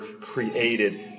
created